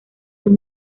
sus